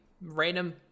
random